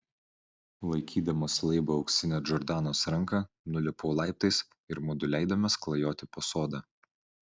laikydamas laibą auksinę džordanos ranką nulipau laiptais ir mudu leidomės klajoti po sodą